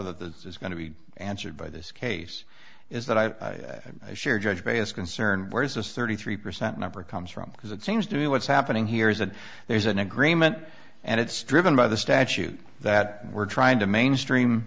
that the is going to be answered by this case is that i share judge perry is concerned where does this thirty three percent number comes from because it seems to me what's happening here is that there's an agreement and it's driven by the statute that we're trying to mainstream